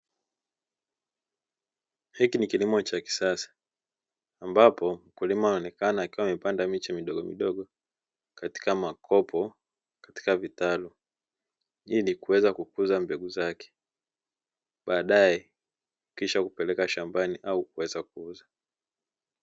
Hiki ni kilimo cha kisasa ambapo mkulima anaonekana akiwa anapanda miche midogo midogo katika makopo, katika vitaru ili kuweza kukuza mbegu zake baadae kisha kupeleka shambani au kuweza kuuza.